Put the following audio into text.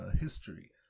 history